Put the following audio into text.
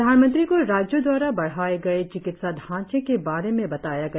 प्रधानमंत्री को राज्यों दवारा बढाए गए चिकित्सा ढांचे के बारे में बताया गया